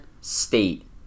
state